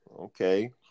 Okay